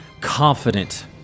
confident